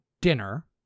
dinner